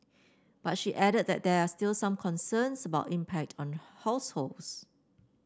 but she added that there are still some concerns about impact on households